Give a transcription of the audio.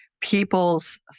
people's